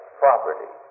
property